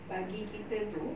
bagi kita itu